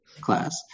class